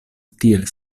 tiel